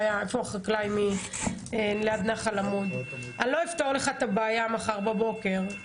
לחקלאי ליד נחל עמוד - אני לא אפתור לך את הבעיה מחר בבוקר.